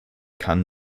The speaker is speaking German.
kann